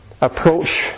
Approach